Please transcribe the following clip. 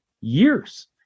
years